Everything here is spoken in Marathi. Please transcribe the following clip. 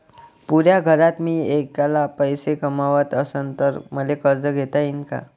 पुऱ्या घरात मी ऐकला पैसे कमवत असन तर मले कर्ज घेता येईन का?